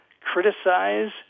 criticize